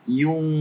yung